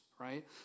right